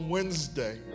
Wednesday